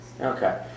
Okay